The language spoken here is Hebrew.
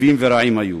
טובים ורעים היו,